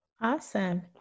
Awesome